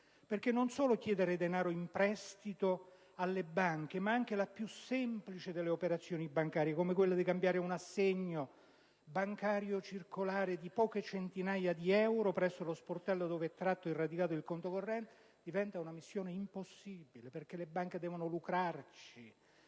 effetti, non solo chiedere denaro in prestito alle banche, ma anche la più semplice delle operazioni bancarie - come cambiare un assegno bancario o circolare di poche centinaia di euro presso lo sportello in cui è tratto e radicato il conto corrente - diventa una missione impossibile, perché le banche devono lucrarci,